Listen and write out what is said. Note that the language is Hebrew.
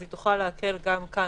אז היא תוכל להקל גם כאן,